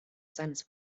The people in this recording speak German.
seines